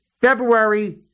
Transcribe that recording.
February